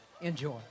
enjoy